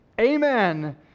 Amen